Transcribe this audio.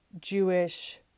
Jewish